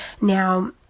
Now